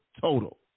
total